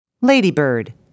Ladybird